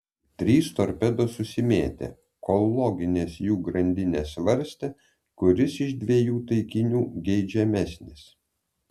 trys torpedos susimėtė kol loginės jų grandinės svarstė kuris iš dviejų taikinių geidžiamesnis